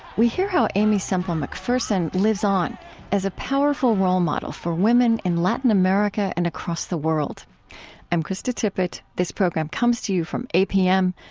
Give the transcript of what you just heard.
we hear how aimee semple mcpherson lives on as a powerful role model for women in latin america and across the world i'm krista tippett. this program comes to you from apm,